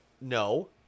No